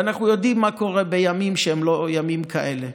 ואנחנו יודעים מה קורה בימים שהם לא ימים כאלה.